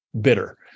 bitter